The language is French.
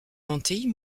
lentille